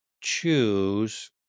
choose